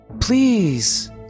Please